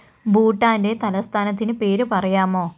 ഭൂട്ടാൻ്റെ തലസ്ഥാനത്തിന് പേര് പറയാമോ